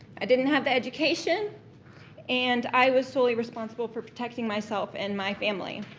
i didn't have the education and i was solely responsible for protecting myself and my family.